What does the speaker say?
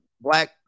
black